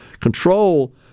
control